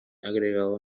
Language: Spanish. agregado